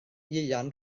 ieuan